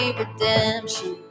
redemption